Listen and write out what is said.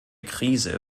krise